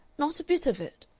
not a bit of it,